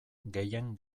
gehien